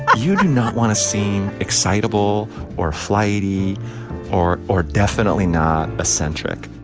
you do not want to seem excitable or flighty or or definitely not eccentric